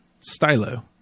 Stylo